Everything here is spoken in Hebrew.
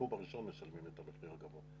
מהקוב הראשון משלמים את המחיר הגבוה,